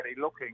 looking